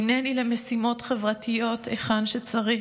הינני למשימות חברתיות היכן שצריך,